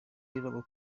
abakuriye